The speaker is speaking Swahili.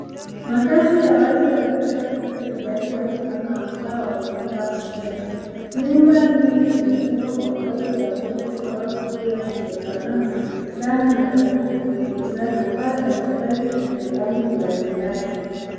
Makazi ya watu waliojaa kupita kiasi unaofanana na mtaa wa mabanda au strell . Nyumba nyingi zimejengwa kwa mabati ya kutu na mbao zikiwa zimefanana sana na karibu kunyuiza na paa za mabati zina rangi mbalimbali.